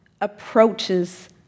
approaches